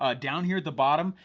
ah down here at the bottom,